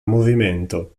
movimento